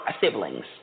siblings